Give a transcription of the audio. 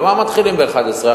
למה מתחילים בשעה 11:00?